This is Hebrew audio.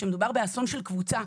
כשמדובר באסון של קבוצה,